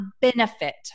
benefit